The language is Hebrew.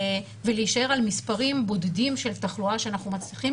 ולהישאר על מספרים בודדים של תחלואה שאנחנו מצליחים